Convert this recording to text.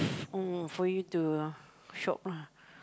oh for you to uh shop lah